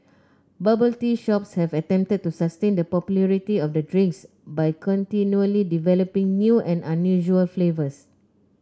bubble tea shops have attempted to sustain the popularity of the drink by continually developing new and unusual flavours